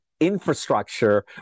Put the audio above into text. infrastructure